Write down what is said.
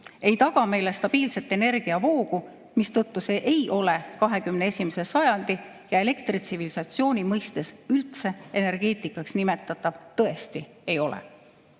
ei taga meile stabiilset energiavoogu, mistõttu see ei ole 21. sajandi ja elektritsivilisatsiooni mõistes üldse energeetikaks nimetatav. Tõesti ei ole.